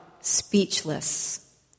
speechless